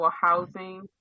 housing